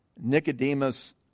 Nicodemus